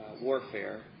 warfare